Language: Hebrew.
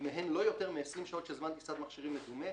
מהן לא יותר מעשרים שעות של זמן טיסת מכשירים מדומה,